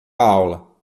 aula